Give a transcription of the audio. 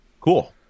Cool